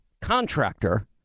contractor